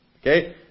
Okay